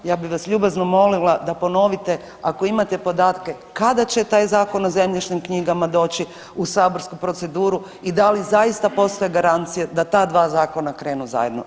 Ja bi vas ljubazno molila da ponovite ako imate podatke kada će taj Zakon o zemljišnim knjigama doći u saborsku proceduru i da li zaista postoji garancija da ta dva zakona krenu zajedno?